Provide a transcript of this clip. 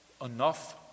enough